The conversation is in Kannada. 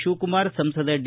ಶಿವಕುಮಾರ್ ಸಂಸದ ಡಿ